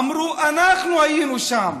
אמרו: אנחנו היינו שם,